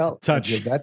touch